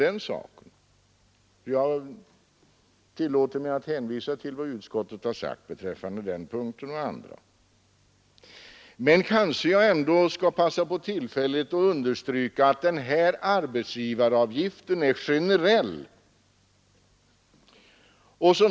Jag tillåter mig med att hänvisa till vad utskottet har sagt beträffande den punkten och andra. Men kanske jag ändå skall passa på tillfället att understryka att arbetsgivaravgiften är generell.